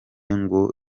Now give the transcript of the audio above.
ngo